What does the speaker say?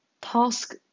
task